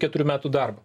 keturių metų darbą